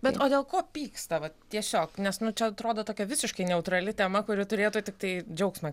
bet o dėl ko pyksta vat tiesiog nes nu čia atrodo tokia visiškai neutrali tema kuri turėtų tiktai džiaugsmą